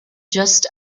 just